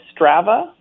Strava